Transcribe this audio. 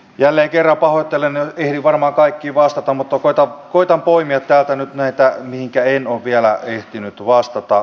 jälleen kerran pahoittelen en ehdi varmaan kaikkiin vastata mutta koetan poimia täältä nyt näitä mihinkä en ole vielä ehtinyt vastata